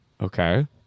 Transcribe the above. Okay